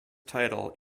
title